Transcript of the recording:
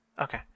Okay